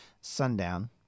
sundown